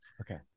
Okay